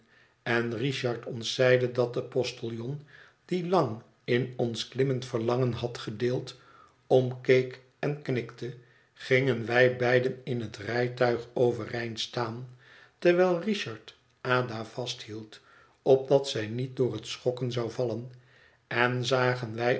en richard ons zeide dat de postiljon die lang in ons klimmend verlangen had gedeeld omkeek en knikte gingen wij beiden in het rijtuig overeind staan terwijl richard ada vasthield opdat zij niet door het schokken zou vallen en zagen wij